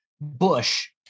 Bush